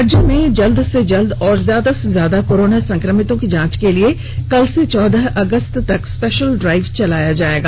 राज्य में जल्द से जल्द और ज्यादा से ज्यादा कोरोना संक्रमितों की जांच के लिए कल से चौदह अगस्त तक स्पेशल ड्राइव चलाया जाएगा